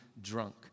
drunk